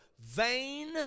vain